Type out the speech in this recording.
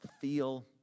feel